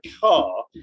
car